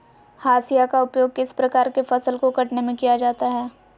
हाशिया का उपयोग किस प्रकार के फसल को कटने में किया जाता है?